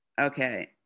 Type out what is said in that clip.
okay